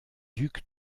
ducs